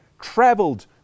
traveled